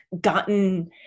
gotten